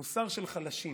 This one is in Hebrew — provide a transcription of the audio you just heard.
מוסר של חלשים,